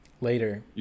Later